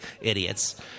idiots